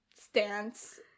stance